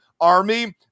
army